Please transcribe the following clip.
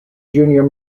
junior